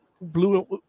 blue